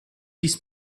this